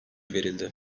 verildi